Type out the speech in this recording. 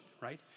right